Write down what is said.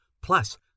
plus